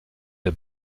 der